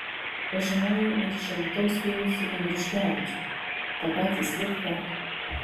pažinojau ir iš alytaus kilusį andriuškevičių tą patį slivką